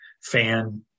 fan